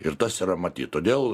ir tas yra matyt todėl